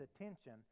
attention